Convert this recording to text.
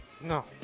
No